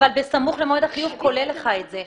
בסמוך למודד החיוב כולל לך את זה.